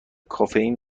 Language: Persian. کافئین